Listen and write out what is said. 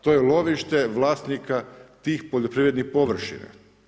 To je lovište vlasnika tih poljoprivrednih površina.